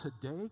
today